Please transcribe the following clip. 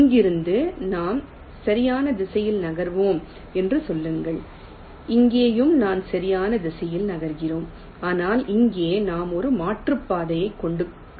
இங்கிருந்து நாம் சரியான திசையில் நகர்கிறோம் என்று சொல்லுங்கள் இங்கேயும் நாம் சரியான திசையில் நகர்கிறோம் ஆனால் இங்கே நாம் ஒரு மாற்றுப்பாதையை கொண்டிருக்கிறோம்